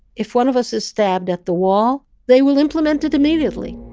if one of us is stabbed at the wall, they will implement it immediately.